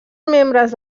membres